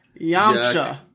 Yamcha